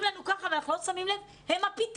לנו כך ואנחנו לא שמים לב הם הפתרון,